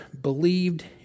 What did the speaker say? believed